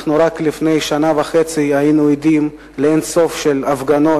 רק לפני שנה וחצי היינו עדים לאין-סוף הפגנות,